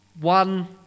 One